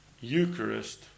Eucharist